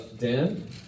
Dan